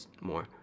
more